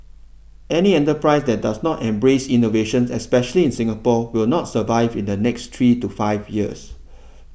any enterprise that does not embrace innovations especially in Singapore will not survive in the next three to five years